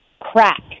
crack